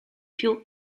più